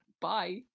Bye